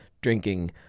drinking